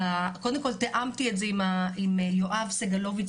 קודם כל תיאמתי את זה עם יואב סגלוביץ',